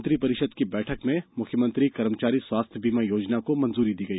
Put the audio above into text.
मंत्रिपरिषद की बैठक में मुख्यमंत्री कर्मचारी स्वास्थ्य बीमा योजना को मंजूरी दी गई